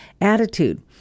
attitude